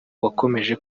wakomeje